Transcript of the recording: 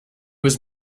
was